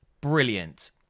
brilliant